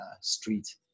street